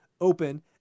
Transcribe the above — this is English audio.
open